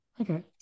okay